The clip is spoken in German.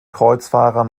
kreuzfahrer